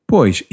Pois